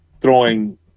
throwing